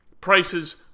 Prices